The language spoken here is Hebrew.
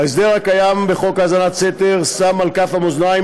ההסדר הקיים בחוק האזנת סתר שם על כף המאזניים